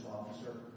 officer